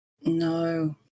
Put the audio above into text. no